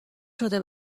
شده